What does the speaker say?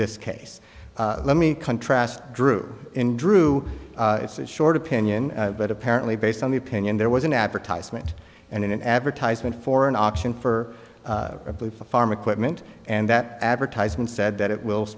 this case let me contrast drew in drew it's a short opinion but apparently based on the opinion there was an advertisement an advertisement for an auction for a blue farm equipment and that advertisement said that it will